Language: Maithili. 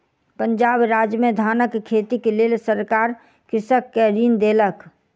पंजाब राज्य में धानक खेतीक लेल सरकार कृषक के ऋण देलक